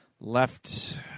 left